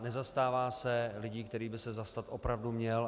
Nezastává se lidí, kterých by se zastat opravdu měl.